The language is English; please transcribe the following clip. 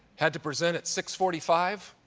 had to present at six forty five.